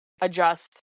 adjust